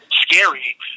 scary